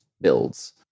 builds